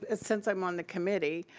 ah since i'm on the committee.